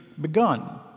begun